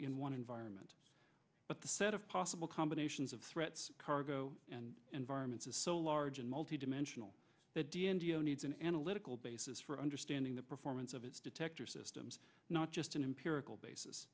in one environment but the set of possible combinations of threats cargo and environments is so large and multi dimensional that d n d zero needs an analytical basis for understanding the performance of detector systems not just an empirical basis